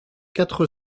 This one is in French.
quatre